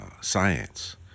science